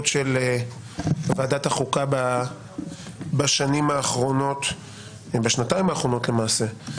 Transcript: של ועדת החוקה בשנתיים האחרונות למעשה,